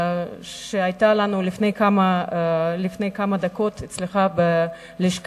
שהיתה לנו לפני כמה דקות אצלך בלשכה,